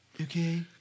okay